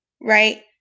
right